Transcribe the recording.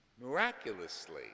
miraculously